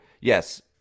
Yes